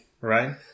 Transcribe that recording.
Right